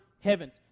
heavens